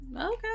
okay